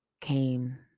came